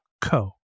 co